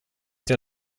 der